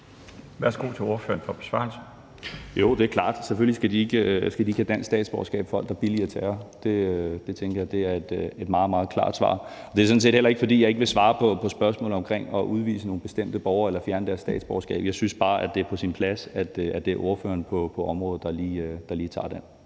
Kl. 12:03 Andreas Karlsen (KF): Det er klart. Selvfølgelig skal folk, der billiger terror, ikke have dansk statsborgerskab. Det tænker jeg er det meget, meget klare svar. Det er sådan set heller ikke, fordi jeg ikke vil svare på spørgsmålet omkring at udvise nogle bestemte borgere eller fjerne deres statsborgerskab, men jeg synes bare, det er på sin plads, at det er ordføreren på området, der lige tager den.